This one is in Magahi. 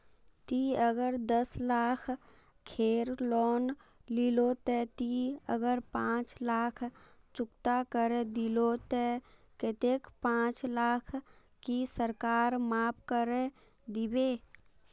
ती अगर दस लाख खेर लोन लिलो ते ती अगर पाँच लाख चुकता करे दिलो ते कतेक पाँच लाख की सरकार माप करे दिबे?